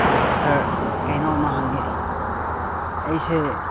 ꯁꯥꯔ ꯀꯩꯅꯣꯝꯃ ꯍꯪꯒꯦ ꯑꯩꯁꯦ